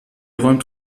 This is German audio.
räumt